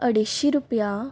अडेश्शी रुपया